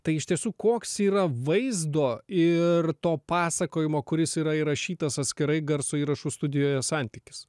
tai iš tiesų koks yra vaizdo ir to pasakojimo kuris yra įrašytas atskirai garso įrašų studijoje santykis